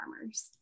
farmers